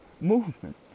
movement